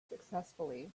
successfully